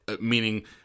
meaning